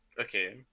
Okay